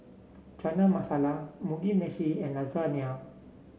Chana Masala Mugi Meshi and Lasagna